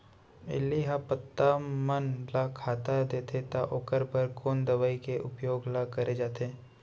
इल्ली ह पत्ता मन ला खाता देथे त ओखर बर कोन दवई के उपयोग ल करे जाथे?